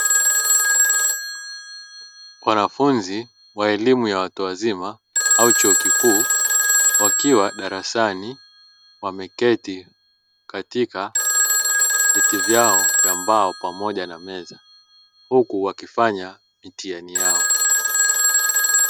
Wanafunzi wa elimu ya watu wazima au chuo kikuu wakiwa darasani wameketi katika viti vyao vya mbao, pamoja na meza huku wakifanya mitihani yao.